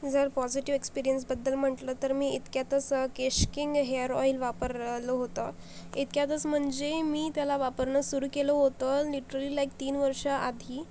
जर पॉझिटिव्ह एक्सपिरियन्सबद्दल म्हटलं तर मी इतक्यातच केशकिंग हेयर ऑईल वापरलं होतं इतक्यातच म्हणजे मी त्याला वापरणं सुरू केलं होतं लिटरली लाईक तीन वर्षाआधी